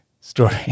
story